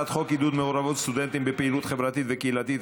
הצעת חוק עידוד מעורבות סטודנטים בפעילות חברתית וקהילתית,